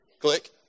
Click